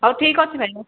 ହଉ ଠିକ୍ ଅଛି ଭାଇ ରଖୁଛି